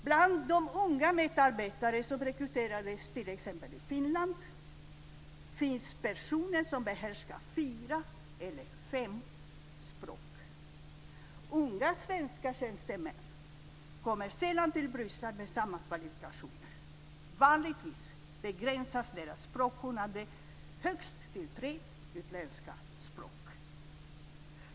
Bland de unga medarbetare som rekryteras i t.ex. Finland finns personer som behärskar fyra eller fem språk. Unga svenska tjänstemän kommer sällan till Bryssel med samma kvalifikationer. Vanligtvis begränsas deras språkkunnande till högst tre utländska språk.